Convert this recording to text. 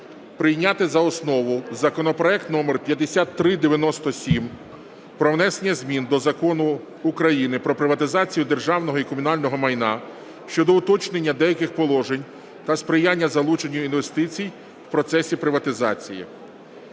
далі. Наступний законопроект – це проект Закону про внесення змін до Закону України "Про приватизацію державного і комунального майна" щодо уточнення деяких положень та сприяння залученню інвестицій в процесі приватизації.